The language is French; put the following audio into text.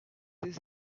des